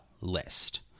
list